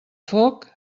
foc